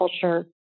culture